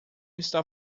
está